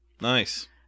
Nice